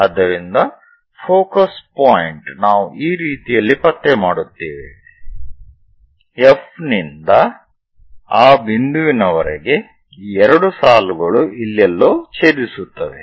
ಆದ್ದರಿಂದ focus point ನಾವು ಈ ರೀತಿಯಲ್ಲಿ ಪತ್ತೆ ಮಾಡುತ್ತೇವೆ F ನಿಂದ ಆ ಬಿಂದುವಿನವರೆಗೆ ಈ ಎರಡು ಸಾಲುಗಳು ಇಲ್ಲಿ ಎಲ್ಲೋ ಛೇದಿಸುತ್ತವೆ